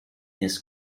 his